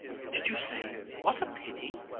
did you say what a pity!